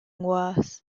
worse